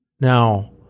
Now